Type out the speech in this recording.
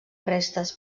restes